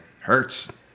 Hurts